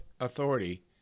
authority